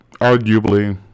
arguably